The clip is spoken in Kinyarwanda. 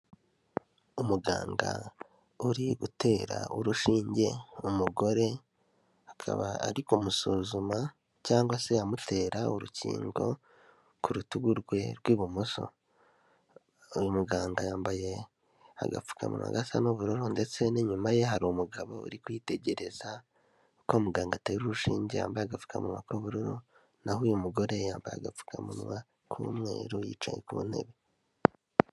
Umugangada uri gutera urushinge umugore, akaba ari kumusuzuma cyangwa se amutera urukingo ku rutugu rwe rw'ibumoso. Uyu muganga yambaye agapfukama gasa n'ubururu, ndetse n'inyuma ye hari umugabo uri kwitegereza ko muganga atera urushinge yambaye agapfukamuwa k'ubururu, naho uyu mugore yambaye agapfukamunwa k'umweru yicaye ku ntebe.